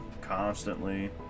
constantly